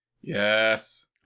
Yes